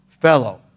fellow